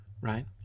right